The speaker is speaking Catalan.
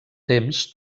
temps